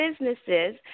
businesses